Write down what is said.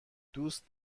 دوست